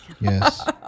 Yes